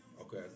Okay